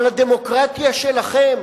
אבל הדמוקרטיה שלכם,